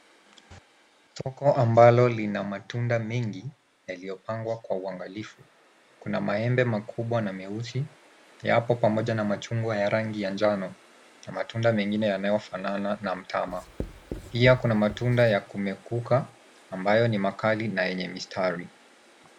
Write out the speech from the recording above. Soko ambalo lina matunda mengi yaliyopangwa kwa uangalifu, kuna maembe makubwa na meusi , yapo pamoja na machungwa ya rangi ya njano na matunda mengine yanayofanana na mtama. Pia kuna matunda ya kumekuka ambayo ni makali na yenye mistari.